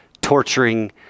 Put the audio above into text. Torturing